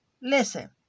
Listen